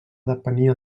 depenia